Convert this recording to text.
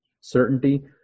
certainty